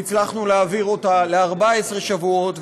והצלחנו להאריך אותה ל-14 שבועות,